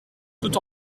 tout